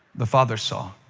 the father saw.